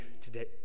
today